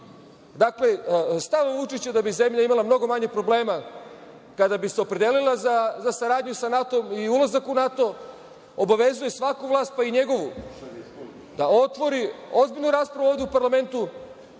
stav Vučića da bi zemlja imala mnogo manje problema kada bi se opredelila za saradnju sa NATO-om i ulazak u NATO obavezuje svaku vlast, pa i njegovu, da otvori ozbiljnu raspravu ovde u parlamentu,